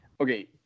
Okay